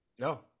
No